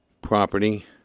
Property